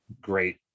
great